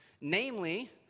Namely